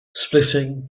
splitting